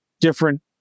different